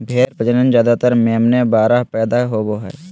भेड़ प्रजनन ज्यादातर मेमने बाहर पैदा होवे हइ